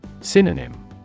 Synonym